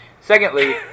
Secondly